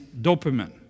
dopamine